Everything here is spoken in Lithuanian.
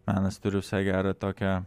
menas turi visai gerą tokią